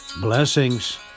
Blessings